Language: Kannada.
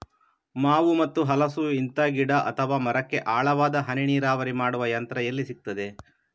ಮಾವು ಮತ್ತು ಹಲಸು, ಇಂತ ಗಿಡ ಅಥವಾ ಮರಕ್ಕೆ ಆಳವಾದ ಹನಿ ನೀರಾವರಿ ಮಾಡುವ ಯಂತ್ರ ಎಲ್ಲಿ ಸಿಕ್ತದೆ?